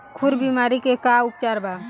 खुर बीमारी के का उपचार बा?